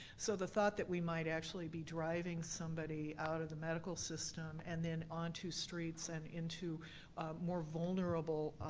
so the thought that we might actually be driving somebody out of the medical system and then onto streets and into more vulnerable